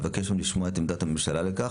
ונבקש לשמוע את עמדת הממשלה לכך.